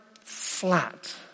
flat